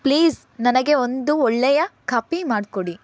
please ನನಗೆ ಒಂದು ಒಳ್ಳೆಯ ಕಾಪಿ ಮಾಡಿಕೊಡಿ